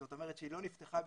זאת אומרת שהיא לא נפתחה בכלל,